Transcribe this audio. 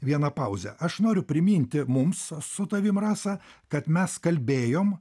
vieną pauzę aš noriu priminti mums su tavim rasa kad mes kalbėjom